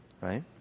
right